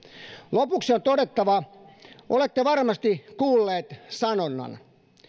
lopuksi on todettava olette varmasti kuulleet sanonnan